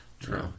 true